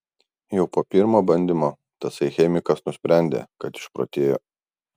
jau po pirmo bandymo tasai chemikas nusprendė kad išprotėjo